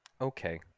okay